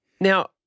Now